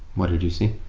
what did you see?